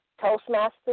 Toastmaster